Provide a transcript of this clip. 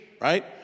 right